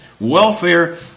Welfare